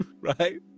Right